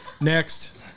next